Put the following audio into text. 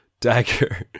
dagger